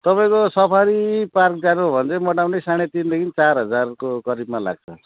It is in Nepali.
तपाईँको सफारी पार्क जानु हो भने चाहिँ मोटामोटी साढे तिनदेखिन चार हजारको करिबमा लाग्छ